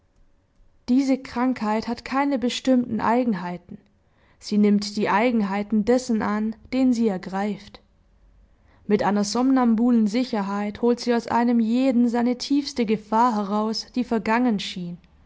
diese krankheit hat keine bestimmten eigenheiten sie nimmt die eigenheiten dessen an den sie ergreift mit einer somnambulen sicherheit holt sie aus einem jeden seine tiefste gefahr heraus die vergangen schien